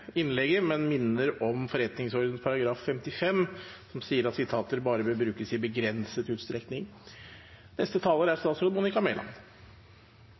innlegget, men minner om forretningsordenens § 55, som sier at sitater bare bør brukes i begrenset utstrekning.